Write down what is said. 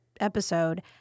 episode